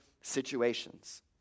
situations